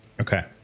okay